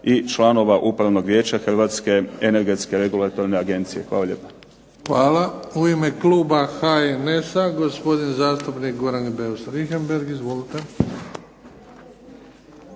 i članova upravnog vijeća hrvatske energetske regulatorne agencije. Hvala lijepa. **Bebić, Luka (HDZ)** Hvala. U ime kluba HNS-a gospodin zastupnik Goran BEus Richembergh. Izvolite.